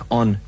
on